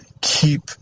keep